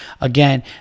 Again